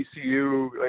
ECU